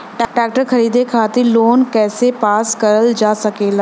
Tractor खरीदे खातीर loan कइसे पास करल जा सकेला?